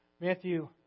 Matthew